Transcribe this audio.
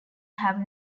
have